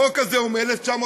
החוק הזה הוא מ-1949.